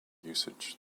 usage